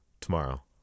tomorrow